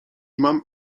mam